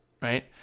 right